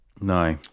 No